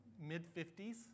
mid-50s